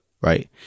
right